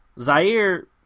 Zaire